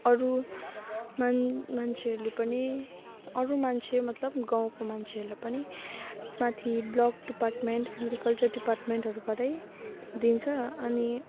अरू मान मान्छेहरूले पनि अरू मान्छे मतलब गाउँको मान्छेहरूले पनि माथि ब्लक डिपार्टमेन्ट एग्रिकल्चर डिपार्टमेन्टहरूबाटै दिन्छ अनि